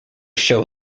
show